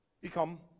become